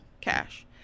Cash